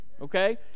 okay